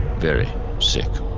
very sick.